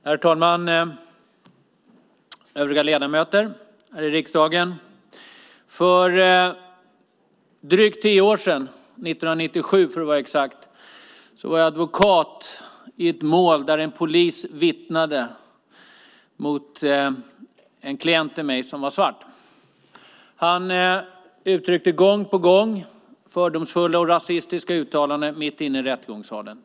Herr talman! Övriga ledamöter här i riksdagen! För drygt tio år sedan, 1997 för att vara exakt, var jag advokat i ett mål där en polis vittnade mot en klient till mig som var svart. Han gjorde gång på gång fördomsfulla och rasistiska uttalanden mitt inne i rättegångssalen.